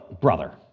brother